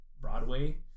Broadway